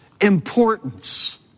importance